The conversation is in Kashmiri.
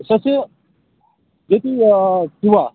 أسۍ حظ چھِ ییٚتی